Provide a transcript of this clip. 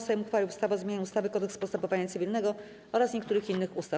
Sejm uchwalił ustawę o zmianie ustawy - Kodeks postępowania cywilnego raz niektórych innych ustaw.